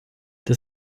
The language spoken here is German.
der